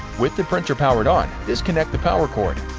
with the printer powered on, disconnect the power cord.